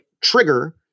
trigger